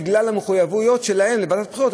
בגלל המחויבויות שלהם לוועדת הבחירות,